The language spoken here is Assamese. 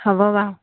হ'ব বাৰু